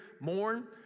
mourn